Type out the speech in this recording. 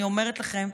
אני אומרת לכם,